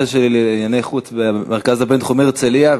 שלי לענייני חוץ במרכז הבין-תחומי הרצלייה,